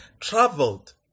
traveled